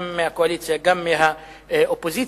גם מהקואליציה וגם מהאופוזיציה,